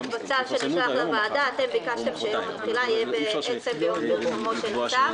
בצו שנשלח לוועדה אתם ביקשתם שיום התחילה יהיה בעצם ביום פרסומו של הצו,